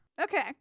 okay